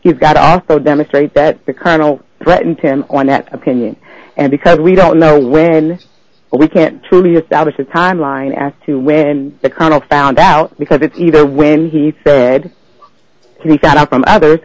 he's got also demonstrate that the colonel threatened him on that opinion and because we don't know when we can't truly establish a timeline as to when the colonel found out because it's either when he said he found out from others